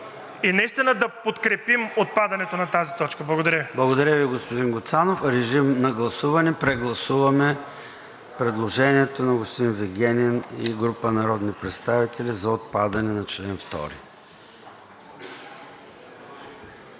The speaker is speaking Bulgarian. и наистина да подкрепим отпадането на тази точка. Благодаря. ПРЕДСЕДАТЕЛ ЙОРДАН ЦОНЕВ: Благодаря Ви, господин Гуцанов. Режим на гласуване – прегласуваме предложението на господин Вигенин и група народни представители за отпадане на чл. 2.